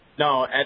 No